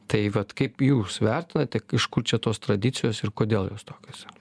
tai vat kaip jūs vertinate ir kur čia tos tradicijos ir kodėl jos tokios yra